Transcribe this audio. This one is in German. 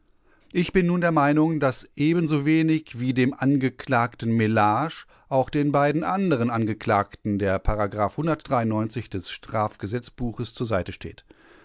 ich bin nun der meinung daß ebensowenig nig wie dem angeklagten mellage auch den beiden anderen angeklagten der des strafgesetzbuches zur seite steht